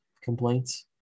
complaints